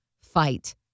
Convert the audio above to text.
fight